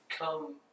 come